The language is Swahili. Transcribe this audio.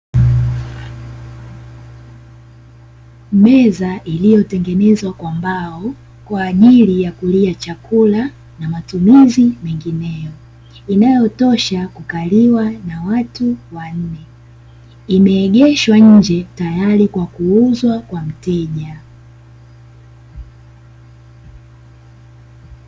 Meza iliyotengenezwa kwa mbao, kwaajili ya kulia chakula na matumizi mengineyo, inayotosha kutumiwa na watu wanne, imeegeshwa nje tayari kwa kuuzwa kwa mteja.